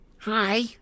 Hi